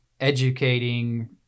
educating